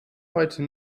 heute